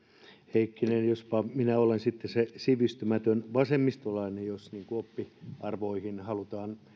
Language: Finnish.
heikkinen jospa minä olen sitten se sivistymätön vasemmistolainen jos oppiarvoihin halutaan